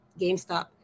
GameStop